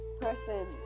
person